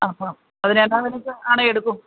ആ ആ അതിനെന്നാ വിലക്ക് ആണേ എടുക്കും